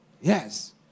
Yes